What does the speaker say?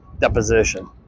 deposition